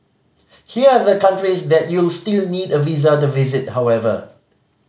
here are the countries that you'll still need a visa to visit however